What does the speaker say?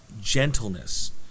gentleness